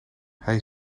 hij